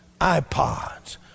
iPods